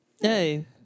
Hey